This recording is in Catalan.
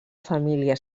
família